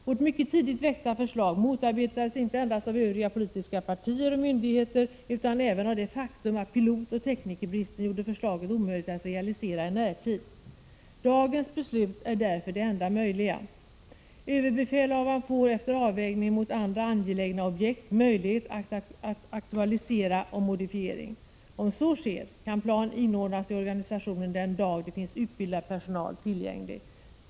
Vårt mycket tidigt väckta förslag motarbetades inte endast av övriga politiska partier och myndigheter utan även av det faktum att pilotoch teknikerbristen gjorde förslaget omöjligt att realisera i närtid. Dagens beslut är därför det enda möjliga. Överbefälhavaren får efter avvägningen mot andra angelägna objekt möjlighet att aktualisera en modifiering. Om så sker kan plan inordnas i organisationen den dag det finns utbildad personal tillgänglig.